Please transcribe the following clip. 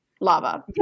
lava